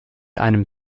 einem